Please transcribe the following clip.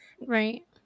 right